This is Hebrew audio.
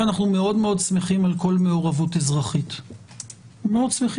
אנחנו שמחים מאוד על כל מעורבות אזרחית ומברכים,